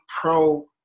pro